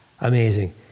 Amazing